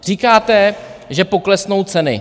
Říkáte, že poklesnou ceny.